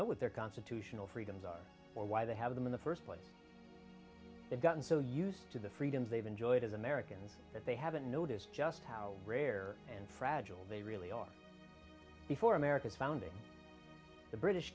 know what their constitutional freedoms are or why they have them in the first place they've gotten so used to the freedoms they've enjoyed as americans that they haven't noticed just how rare and fragile they really are before america's founding the british